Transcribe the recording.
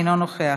אינו נוכח,